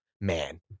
man